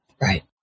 Right